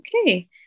Okay